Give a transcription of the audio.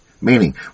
Meaning